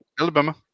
Alabama